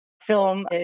film